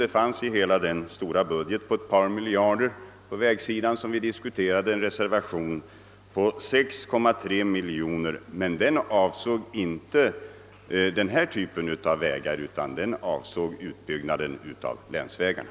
Den enda reservation som förelåg beträffande hela budgeten på ett par miljarder för vägsidan gällde ett anslag på 6,3 miljoner kronor, men det beloppet var inte avsett för denna typ av vägar utan för utbyggnaden av länsvägarna.